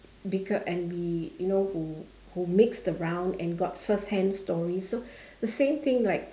becau~ and we you know who who mixed around and got first hand stories so the same thing like